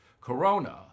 corona